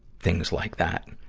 things like that.